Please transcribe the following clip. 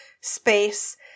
space